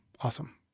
Awesome